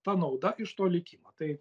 ta nauda iš to lėkimo tai